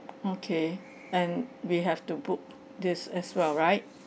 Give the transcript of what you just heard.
okay and we have to book this as well right